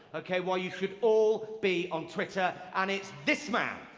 ok, why you should all be on twitter and it's this man.